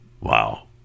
wow